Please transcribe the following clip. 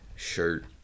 Shirt